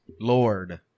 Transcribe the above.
Lord